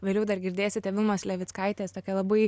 vėliau dar girdėsite vilmos levickaitės tokią labai